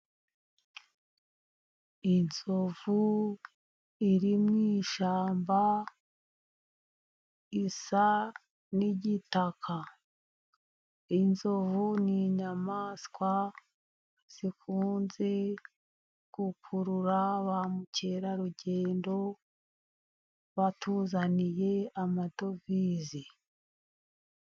Inzovu iri mu ishyamba isa n'igitaka, inzovu ni inyamaswa zikunze gukurura ba mukerarugendo, batuzaniye amadovize.